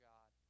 God